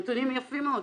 הנתונים יפים מאוד.